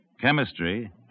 Chemistry